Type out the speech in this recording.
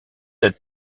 être